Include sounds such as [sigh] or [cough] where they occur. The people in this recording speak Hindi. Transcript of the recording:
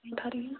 [unintelligible] आ रही है ना